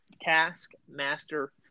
taskmaster